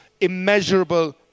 immeasurable